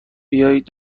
بیایید